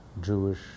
Jewish